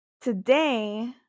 today